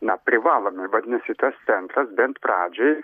na privalomi vadinasi tas centras bent pradžiai